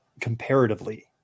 comparatively